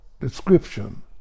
description